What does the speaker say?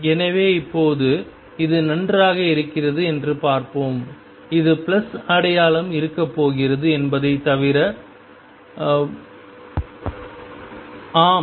எனவே இப்போது இது நன்றாக இருக்கிறது என்று பார்ப்போம் இது அடையாளம் இருக்கப் போகிறது என்பதைத் தவிர ஆம்